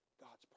God's